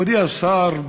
מכובדי השר,